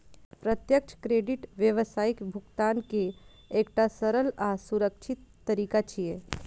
प्रत्यक्ष क्रेडिट व्यावसायिक भुगतान के एकटा सरल आ सुरक्षित तरीका छियै